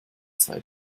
zwei